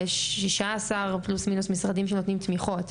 יש כ-16 משרדים בערך שנותנים תמיכות,